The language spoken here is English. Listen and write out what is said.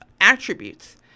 attributes